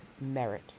merit